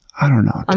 i don't know. i'm